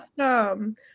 Awesome